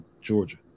Georgia